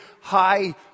high